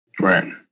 Right